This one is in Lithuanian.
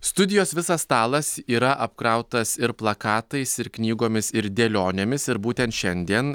studijos visas stalas yra apkrautas ir plakatais ir knygomis ir dėlionėmis ir būtent šiandien